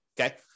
okay